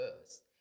first